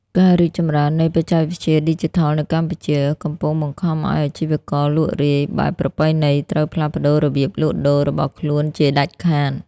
ការរីកចម្រើននៃបច្ចេកវិទ្យាឌីជីថលនៅកម្ពុជា កំពុងបង្ខំឱ្យអាជីវករលក់រាយបែបប្រពៃណីត្រូវផ្លាស់ប្តូររបៀបលក់ដូររបស់ខ្លួនជាដាច់ខាត។